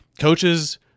coaches